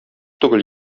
түгел